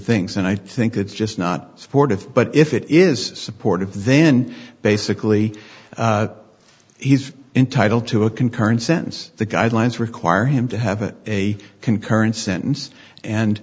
things and i think it's just not supportive but if it is supportive then basically he's entitled to a concurrent sentence the guidelines require him to have it a concurrent sentence and